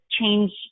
change